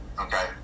okay